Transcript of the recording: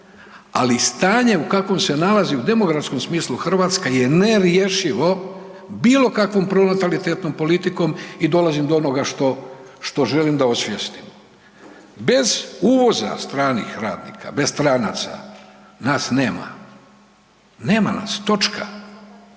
ali stanje u kakvom se nalazi u demografskom smislu Hrvatska je nerješivo bilo kakvom pronatalitetnom politikom i dolazim do onoga što želim da osvijestim. Bez uvoza stranih radnika, bez stranaca nas nema, nema nas točka.